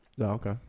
Okay